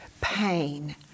pain